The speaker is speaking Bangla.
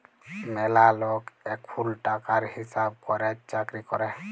ম্যালা লক এখুল টাকার হিসাব ক্যরের চাকরি ক্যরে